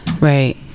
right